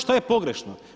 Što je pogrešno?